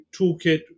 toolkit